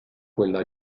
quella